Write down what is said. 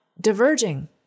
diverging